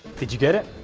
did you get it?